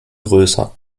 größer